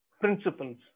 principles